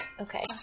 Okay